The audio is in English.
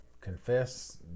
Confess